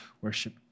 worship